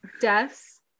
deaths